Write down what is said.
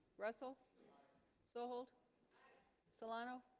russell so hold solano